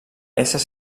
ésser